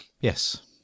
Yes